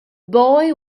boy